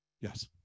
Yes